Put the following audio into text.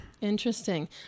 Interesting